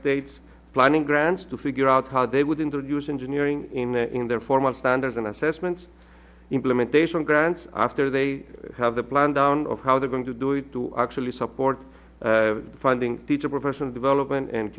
states planning grants to figure out how they would introduce engineering in their formal standards and assessments implementation grants after they have the plan down of how they're going to do it to actually support funding teacher professional development